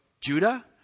Judah